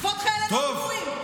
כבוד חיילינו הגיבורים.